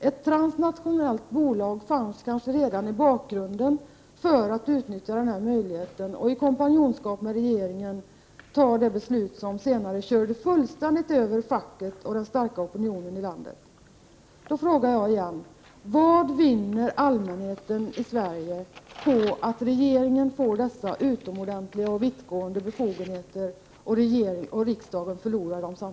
Ett transnationellt bolag fanns kanske redan i bakgrunden för att utnyttja möjligheten att i kompanjonskap med regeringen fatta det beslut som fullständigt körde över facket och den starka opinionen i landet. Detta var vad som hände, Margit Sandéhn. Jag frågar återigen: Vad vinner allmänheten i Sverige på att regeringen får dessa utomordentliga och vittgående befogenheter, medan riksdagen förlorar dem?